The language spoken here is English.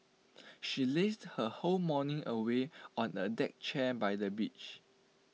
she lazed her whole morning away on A deck chair by the beach